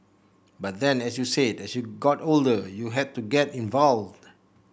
but then as you said as you got older you had to get involved